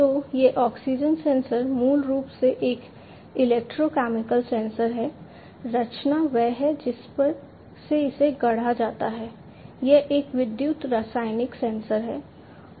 तो यह oxygen sensor मूल रूप से एक इलेक्ट्रोकेमिकल सेंसर है रचना वह है जिस तरह से इसे गढ़ा जाता है यह एक विद्युत रासायनिक सेंसर है